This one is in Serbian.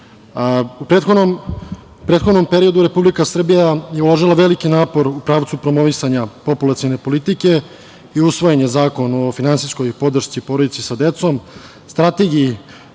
prethodnom periodu Republika Srbija je uložila veliki napor u pravcu promovisanja populacione politike i usvojen je Zakon o finansijskoj podršci porodici sa decom, Strategiji